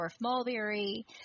mulberry